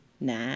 Nah